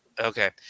Okay